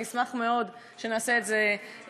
ואני אשמח מאוד אם נעשה את זה ביחד.